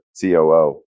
COO